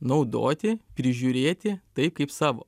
naudoti prižiūrėti taip kaip savo